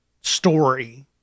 story